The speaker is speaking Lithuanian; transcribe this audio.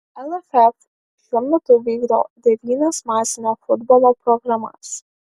lff šiuo metu vykdo devynias masinio futbolo programas